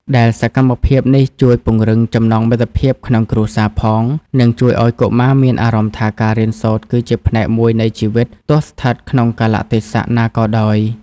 ដែលសកម្មភាពនេះជួយពង្រឹងចំណងមិត្តភាពក្នុងគ្រួសារផង និងជួយឱ្យកុមារមានអារម្មណ៍ថាការរៀនសូត្រគឺជាផ្នែកមួយនៃជីវិតទោះស្ថិតក្នុងកាលៈទេសៈណាក៏ដោយ។